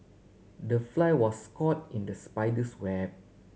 the fly was caught in the spider's web